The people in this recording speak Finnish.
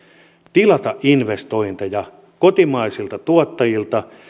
tilata investointeja kotimaisilta tuottajilta